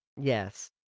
Yes